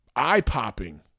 eye-popping